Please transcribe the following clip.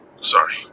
sorry